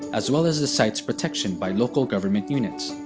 as well as the site's protection by local government units.